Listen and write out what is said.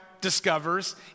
discovers